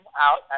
out